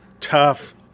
tough